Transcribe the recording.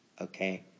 okay